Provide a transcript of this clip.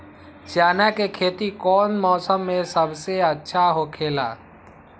चाना के खेती कौन मौसम में सबसे अच्छा होखेला?